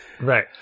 Right